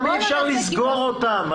גם אי-אפשר לסגור אותם.